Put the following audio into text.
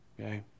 okay